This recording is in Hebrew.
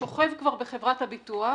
ששוכב בחברת הביטוח